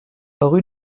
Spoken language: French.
rue